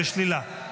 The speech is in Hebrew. בשלילה.